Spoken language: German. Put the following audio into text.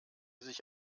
sich